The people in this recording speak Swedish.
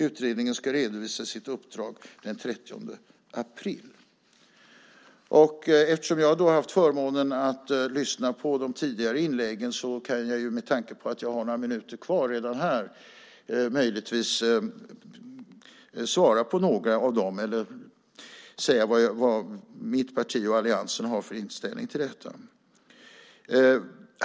Utredningen ska redovisa sitt uppdrag den 30 april. Eftersom jag har haft förmånen att lyssna på de tidigare inläggen kan jag redan nu, med tanke på att jag har några minuter kvar, säga vad mitt parti och alliansen har för inställning.